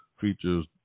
features